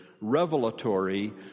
revelatory